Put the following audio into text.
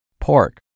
pork